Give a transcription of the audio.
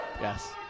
Yes